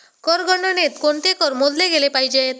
कर गणनेत कोणते कर मोजले गेले पाहिजेत?